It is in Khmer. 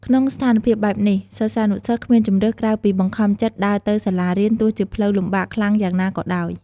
ក្នុងស្ថានភាពបែបនេះ សិស្សានុសិស្សគ្មានជម្រើសក្រៅពីបង្ខំចិត្តដើរទៅសាលារៀនទោះជាផ្លូវលំបាកខ្លាំងយ៉ាងណាក៏ដោយ។